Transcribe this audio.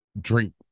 drink